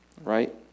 right